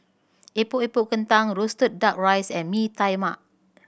Epok Epok Kentang roasted Duck Rice and Mee Tai Mak